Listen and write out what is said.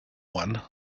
one